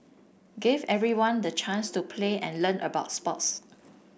gave everyone the chance to play and learn about sports